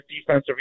defensive